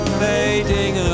fading